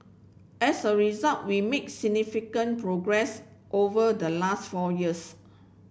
as a result we make significant progress over the last four years